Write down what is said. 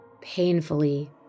painfully